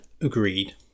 Agreed